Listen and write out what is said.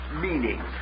meaning